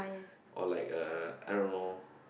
or like uh I don't know